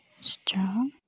strong